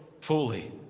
fully